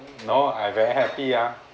no I very happy ah